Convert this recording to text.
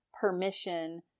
permission